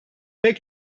pek